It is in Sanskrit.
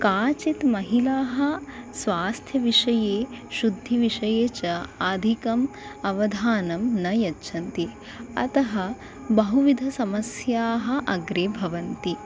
काश्चित् महिलाः स्वास्थ्यविषये शुद्धिविषये च अधिकम् अवधानं न यच्छन्ति अतः बहुविधसमस्याः अग्रे भवन्ति